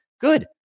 good